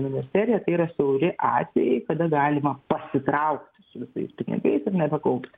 ministerija tai yra siauri atvejai kada galima pasitraukt su visais pinigais ir nebekaupti